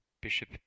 bishop